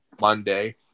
Monday